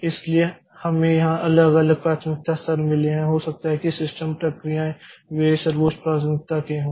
इसलिए हमें यहां अलग अलग प्राथमिकता स्तर मिले हैं हो सकता है कि सिस्टम प्रक्रियाएं वे सर्वोच्च प्राथमिकता के हों